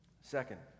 Second